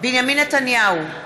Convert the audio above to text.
בנימין נתניהו,